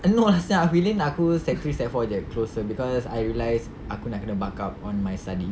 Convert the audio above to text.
no lah sia filin aku sec three sec four get closer cause I realised aku nak kena buck up on my studies